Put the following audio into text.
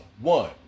One